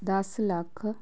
ਦਸ ਲੱਖ